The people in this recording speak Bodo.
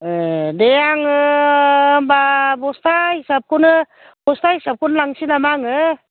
एह दे आङो होनबा बस्ता हिसाबखौनो बस्ता हिसाबखौनो लांनोसै नामा आङो